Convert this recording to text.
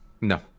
No